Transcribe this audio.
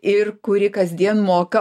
ir kuri kasdien moka mokesčius